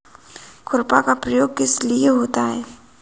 खुरपा का प्रयोग किस लिए होता है?